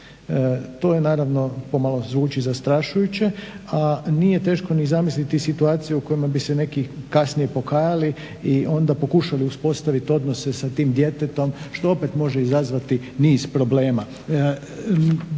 To je naravno pomalo zvuči zastrašujuće, a nije teško ni zamisliti situaciju u kojima bi se neki kasnije pokajali i onda pokušali uspostaviti odnose sa tim djetetom što opet može izazvati niz problema.